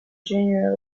junior